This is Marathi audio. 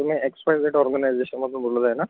तुम्ही एक्स वाय झेड ऑर्गनायझेशनमधून बोलत आहे ना